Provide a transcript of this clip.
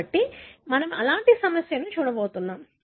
కాబట్టి మనము అలాంటి సమస్యను చూడబోతున్నాం